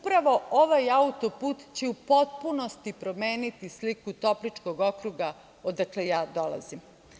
Upravo ovaj autoput će u potpunosti promeniti sliku Topličkog okruga, odakle dolazim.